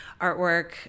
artwork